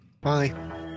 bye